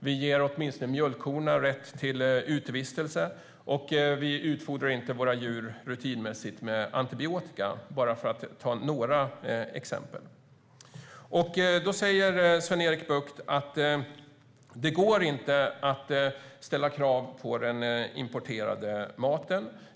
Vi ger mjölkkorna rätt till utevistelse, och vi utfodrar inte rutinmässigt våra djur med antibiotika, bara för att ta några exempel. Sven-Erik Bucht säger att det inte går att ställa krav på den importerade maten.